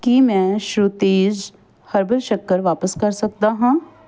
ਕੀ ਮੈਂ ਸ਼ਰੂਤੀਜ਼ ਹਰਬਲ ਸ਼ੱਕਰ ਵਾਪਸ ਕਰ ਸਕਦਾ ਹਾਂ